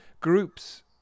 Groups